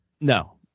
No